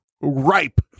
ripe